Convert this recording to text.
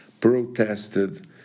protested